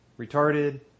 retarded